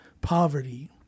poverty